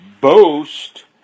boast